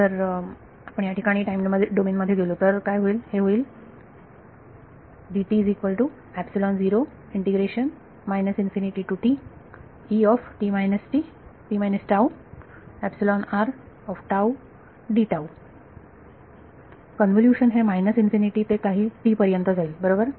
जर आपण याठिकाणी टाईम डोमेन मध्ये गेलो तर हे होईल कन्व्होल्युशन हे ते काही पर्यंत जाईल बरोबर